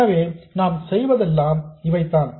எனவே நாம் செய்வதெல்லாம் இவைதான்